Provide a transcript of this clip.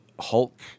Hulk